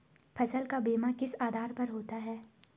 फसल का बीमा किस आधार पर होता है?